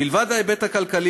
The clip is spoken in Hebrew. מלבד ההיבט הכלכלי,